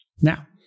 Now